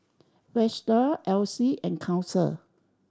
Vesta Essie and Council